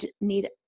need